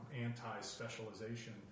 anti-specialization